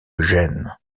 gênes